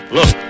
Look